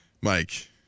Mike